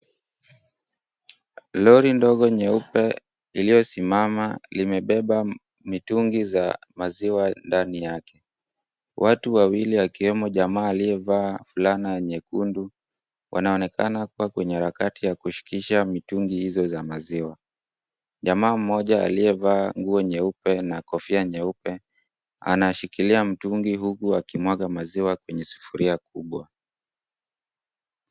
Lori ndogo nyeupe iliyosimama limebeba mitungi za maziwa ndani yake, watu wawili wakiwemo jamaa aliyevaa fulana nyekundu wanaonekana kuwa kwenye harakati ya kushukisha mitungi hizo za maziwa. Jamaa mmoja aliyevaa nguo nyeupe na kofia nyeupe anashikilia mtungi huku akimwaga maziwa kwenye sufuria kubwa.